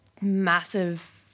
massive